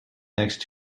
next